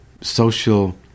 social